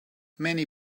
many